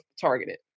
targeted